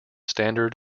standard